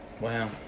Wow